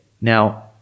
Now